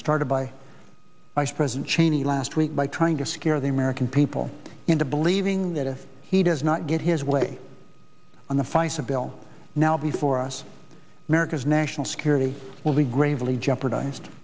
vice president cheney last week by trying to scare the american people into believing that if he does not get his way on the face of bill now before us america's national security will be gravely jeopardized